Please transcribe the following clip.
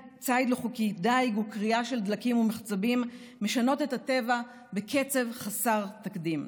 דיג וכרייה של דלקים ומחצבים משנות את הטבע בקצב חסר תקדים.